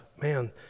Man